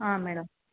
ಹಾಂ ಮೇಡಮ್